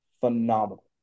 phenomenal